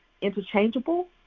interchangeable